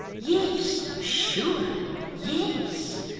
yes, sure yes.